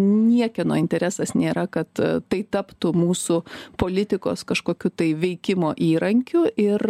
niekieno interesas nėra kad tai taptų mūsų politikos kažkokiu tai veikimo įrankiu ir